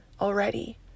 already